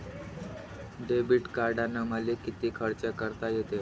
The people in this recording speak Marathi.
डेबिट कार्डानं मले किती खर्च करता येते?